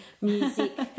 music